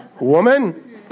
Woman